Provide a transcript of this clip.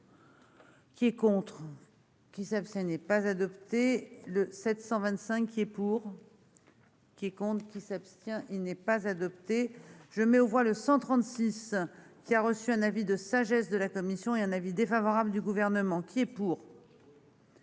Qui est contre. Qui savent, ce n'est pas adopté le 725 et pour. Qui compte qui s'abstient. Il n'est pas adopté. Je mets aux voix le 136 qui a reçu un avis de sagesse de la commission et un avis défavorable du gouvernement qui est pour.